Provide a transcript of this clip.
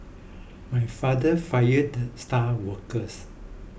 my father fired the star workers